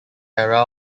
era